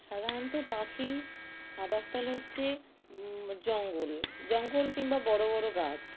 সাধারণত পাখির আবাসস্থল হচ্ছে জঙ্গল জঙ্গল কিংবা বড় বড় গাছ